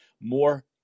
more